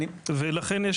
ולכן,